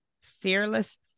fearless